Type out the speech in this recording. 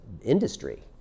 industry